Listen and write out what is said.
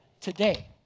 today